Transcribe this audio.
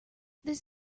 this